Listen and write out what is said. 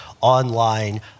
online